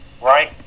right